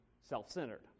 self-centered